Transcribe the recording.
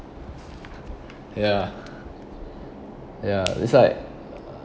ya ya it's like